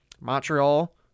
Montreal